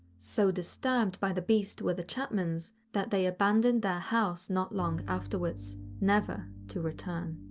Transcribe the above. so disturbed by the beast were the chapmans, that they abandoned their house not long afterwards, never to return.